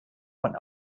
von